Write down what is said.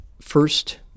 first